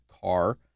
car